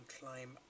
climb